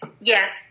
Yes